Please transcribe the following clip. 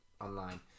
online